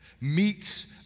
meets